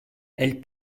elles